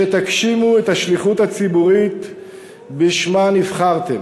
שתגשימו את השליחות הציבורית שבשמה נבחרתם,